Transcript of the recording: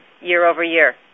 year-over-year